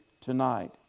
tonight